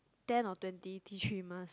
ten or twenty tea tree mask